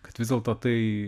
kad vis dėlto tai